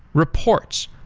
reports,